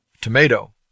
tomato